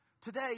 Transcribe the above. today